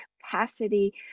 capacity